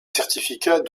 certificats